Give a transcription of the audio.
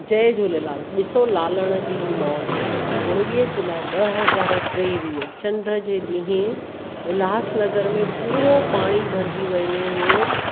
जय झूलेलाल ॾिसो लालण जी मौज उणिवीह जुलाई ॿ हज़ार टेवीह चंड जे ॾींहुं उल्हास नगर में पूरो पाणी भरिजी वियो हुयो